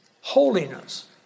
holiness